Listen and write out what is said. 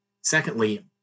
Secondly